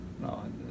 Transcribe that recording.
No